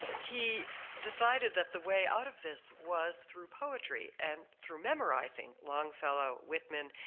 he decided that the way out of this was through poetry and through memorizing. longfellow, whitman,